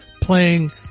playing